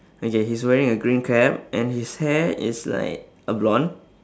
okay he's wearing a green cap and his hair is like a blond